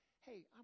Hey